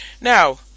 Now